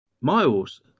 Miles